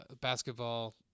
basketball